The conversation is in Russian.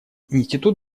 институт